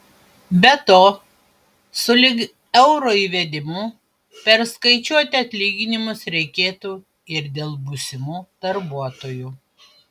be to sulig euro įvedimu perskaičiuoti atlyginimus reikėtų ir dėl būsimų darbuotojų